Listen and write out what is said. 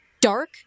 Dark